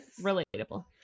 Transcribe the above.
relatable